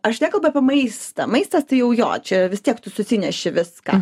aš nekalbu apie maistą maistas tai jau jo čia vis tiek tu susineši viską